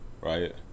right